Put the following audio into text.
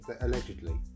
Allegedly